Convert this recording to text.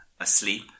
asleep